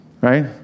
right